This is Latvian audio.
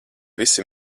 visi